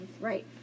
Right